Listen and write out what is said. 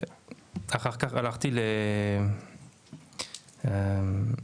אחר כך הלכתי לבאר שבע.